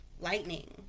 lightning